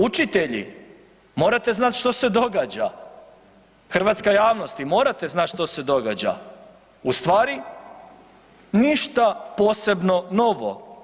Učitelji, morate znati što se događa, hrvatska javnosti morate znati što se događa, ustvari ništa posebno novo.